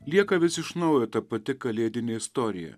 lieka vis iš naujo ta pati kalėdinė istorija